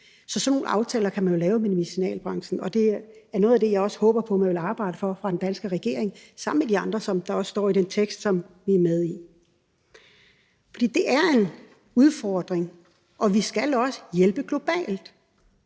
Så sådan nogle aftaler kan man jo lave med medicinalbranchen, og det er noget af det, som jeg også håber på man vil arbejde på fra den danske regerings side sammen med de andre, som der også står i den tekst, som vi er med i. For det er en udfordring, og vi skal også hjælpe globalt.